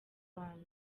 bantu